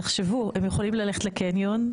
תחשבו, הם יכולים ללכת לקניון.